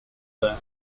there